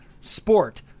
sport